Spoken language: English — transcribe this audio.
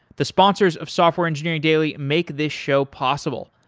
the sponsors of software engineering daily make this show possible,